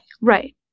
Right